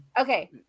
okay